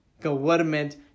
government